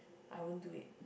I won't do it